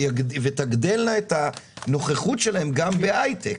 תגדלנה את הנוכחות שלהן גם בהייטק.